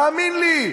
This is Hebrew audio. תאמין לי.